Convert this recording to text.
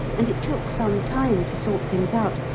and it took some time to sort things out,